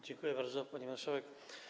Dziękuję bardzo, pani marszałek.